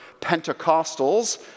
Pentecostals